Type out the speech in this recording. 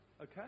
okay